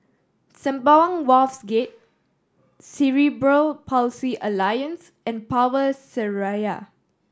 Sembawang Wharves Gate Cerebral Palsy Alliance and Power Seraya